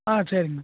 ஆ சரிங்ண்ணா